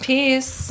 peace